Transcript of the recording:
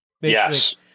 Yes